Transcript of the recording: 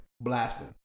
Blasting